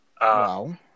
wow